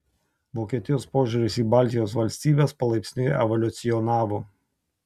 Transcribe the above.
vokietijos požiūris į baltijos valstybes palaipsniui evoliucionavo